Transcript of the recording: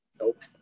Nope